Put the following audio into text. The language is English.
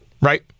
right